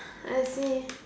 I see